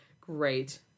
Great